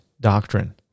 doctrine